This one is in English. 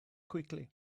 quickly